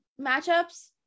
matchups